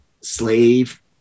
slave